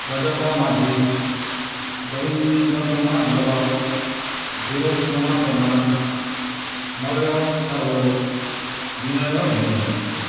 Rajak Majhi Gobinda Kumar Dhal Dhiraj Kumar Pradhan Malay Sahu Binay Bhoi